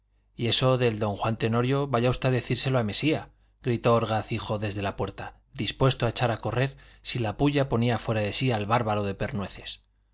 y eso del don juan tenorio vaya usted a decírselo a mesía gritó orgaz hijo desde la puerta dispuesto a echar a correr si la pulla ponía fuera de sí al bárbaro de pernueces